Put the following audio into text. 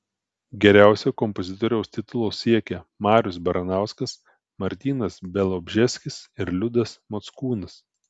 geriausio kompozitoriaus titulo siekia marius baranauskas martynas bialobžeskis ir liudas mockūnas